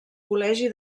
col·legi